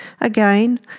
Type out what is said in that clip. again